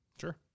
Sure